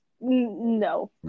no